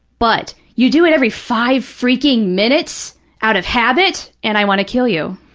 but you do it every five freaking minutes out of habit, and i want to kill you.